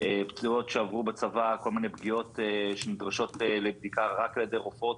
פצועות שעברו בצבא כל מיני פגיעות שנדרשות לבדיקה רק על ידי רופאות.